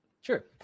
Sure